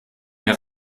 mir